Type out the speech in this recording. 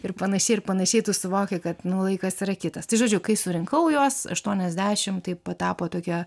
ir panašiai ir panašiai tu suvoki kad laikas yra kitas tai žodžiu kai surinkau juos aštuoniasdešimt taip patapo tokia